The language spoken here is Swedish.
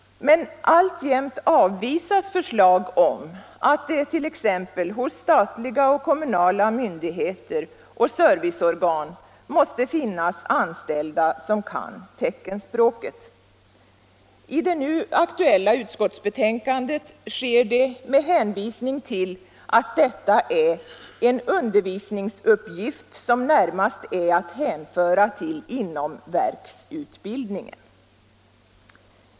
Men alltjämt avvisas förslag om att det t.ex. hos statliga och kommunala myndigheter och serviceorgan måste finnas anställda som kan teckenspråket. I det nu aktuella betänkandet sker det med hänvisning till att detta är ”en undervisningsuppgift som närmast är att hänföra till inomverksutbildningen”.